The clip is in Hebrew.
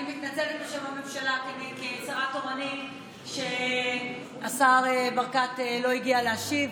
אני מתנצלת בשם הממשלה כשרה תורנית שהשר ברקת לא הגיע להשיב.